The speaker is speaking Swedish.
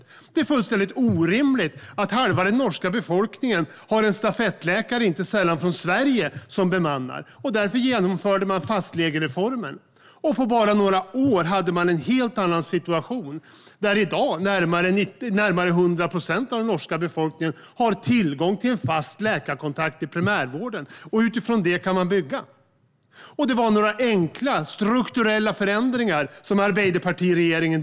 De tyckte att det var fullständigt orimligt att halva den norska befolkningen hade en stafettläkare, inte sällan från Sverige, som bemannade. Därför genomförde de fastlegereformen. På bara några år hade de fått en helt annan situation. I dag har 90-100 procent av den norska befolkningen tillgång till en fast läkarkontakt i primärvården. Utifrån detta kan man bygga vidare. Arbeiderregeringen drev igenom detta med några enkla, strukturella förändringar.